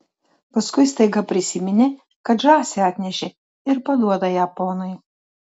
paskui staiga prisiminė kad žąsį atnešė ir paduoda ją ponui